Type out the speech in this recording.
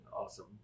awesome